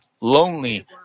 lonely